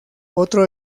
otro